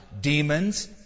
demons